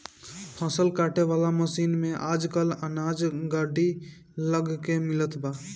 फसल काटे वाला मशीन में आजकल अनाज गाड़ी लग के मिलत बा